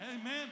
amen